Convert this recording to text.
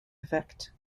effect